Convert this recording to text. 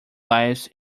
lives